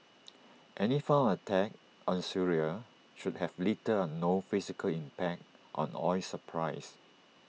any form of attack on Syria should have little or no physical impact on oil supplies